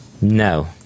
No